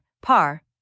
PAR